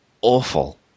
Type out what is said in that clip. awful